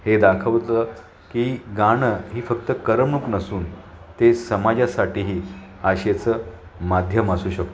हे दाखवतं की गाणं ही फक्त करमणूक नसून ते समाजासाठीही आशेचं माध्यम असू शकतं